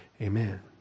Amen